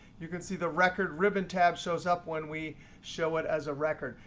you can see the record ribbon tab shows up when we show it as a record.